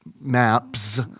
maps